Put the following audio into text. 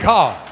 God